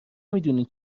میدونی